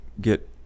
get